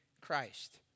Christ